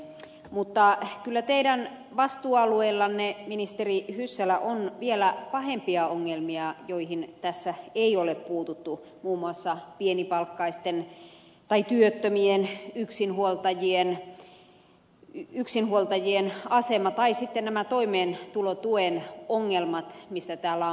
mutta kyllä teidän vastuualueellanne ministeri hyssälä on vielä pahempia ongelmia joihin tässä ei ole puututtu muun muassa pienipalkkaisten tai työttömien yksinhuoltajien asema tai sitten nämä toimeentulotuen ongelmat mistä täällä on puhuttu